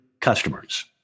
customers